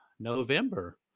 November